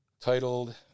titled